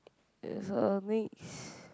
uh so next